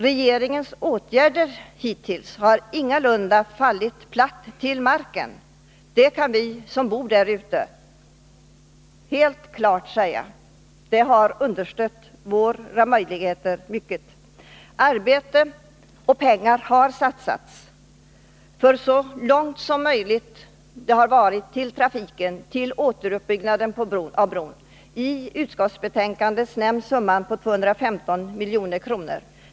Regeringens hittills vidtagna åtgärder har ingalunda som nyss påstods fallit platt till marken. Det kan vi som bor där ute helt klart säga. Åtgärderna har hjälpt oss mycket. Arbete och pengar har satsats för att så långt som möjligt klara trafiken i väntan på återuppbyggnaden av bron. I utskottsbetänkandet Nr 53 nämns summan 213 miljoner.